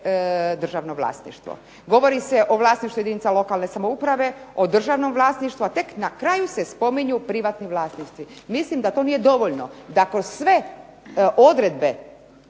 državno vlasništvo. Govori se o vlasništvu jedinica lokalne samouprave, o državnom vlasništvu a tek na kraju se spominju privatni vlasnici. Mislim da to nije dovoljno, da kroz sve odredbe